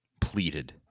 Pleaded